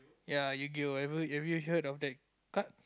ya Yugioh have have you heard of that card